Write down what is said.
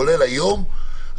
כולל היום,